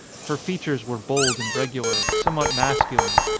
her features were bold and regular, somewhat masculine,